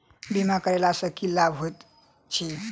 बीमा करैला सअ की लाभ होइत छी?